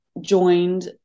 joined